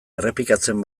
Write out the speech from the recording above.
errepikatzen